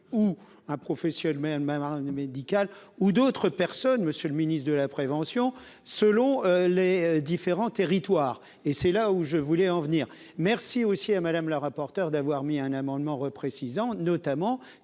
ou un même avoir une médical ou d'autres personnes, Monsieur le Ministre de la prévention selon les différents territoires et c'est là où je voulais en venir, merci aussi à Madame, la rapporteure d'avoir mis un amendement reprécise en notamment